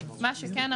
מה שכן,